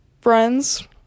friends